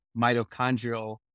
mitochondrial